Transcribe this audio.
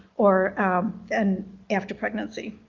or and after pregnancy.